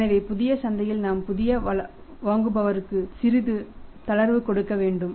எனவே புதிய சந்தையில் நாம் புதிய வாங்குபவர்களுக்கு சிறிது தளர்வு கொடுக்க வேண்டும்